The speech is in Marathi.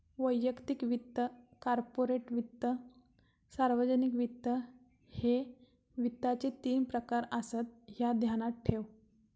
वैयक्तिक वित्त, कॉर्पोरेट वित्त, सार्वजनिक वित्त, ह्ये वित्ताचे तीन प्रकार आसत, ह्या ध्यानात ठेव